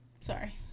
Sorry